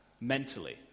Mentally